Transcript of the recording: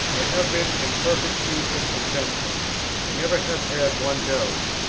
i have been in perfect peace and contentment i never have had one doubt.